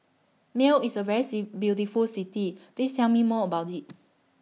Male IS A very C beautiful City Please Tell Me More about IT